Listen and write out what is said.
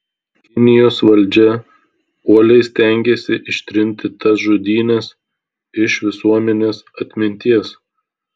kinijos valdžia uoliai stengėsi ištrinti tas žudynes iš visuomenės atminties